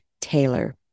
Taylor